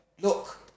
look